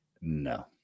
No